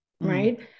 Right